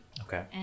okay